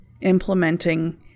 implementing